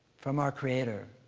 from our creator.